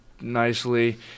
nicely